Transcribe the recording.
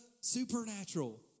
supernatural